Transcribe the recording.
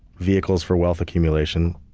vehicles for wealth accumulation.